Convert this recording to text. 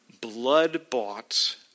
blood-bought